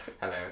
hello